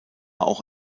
auch